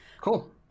Cool